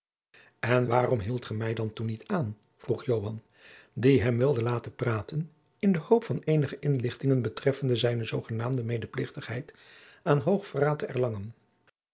en waarom hieldt ge mij dan toen niet aan vroeg joan die hem wilde laten praten in de hoop van eenige inlichtingen betreffende zijne zoogenaamde medeplichtigheid aan hoog verraad te erlangen